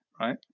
right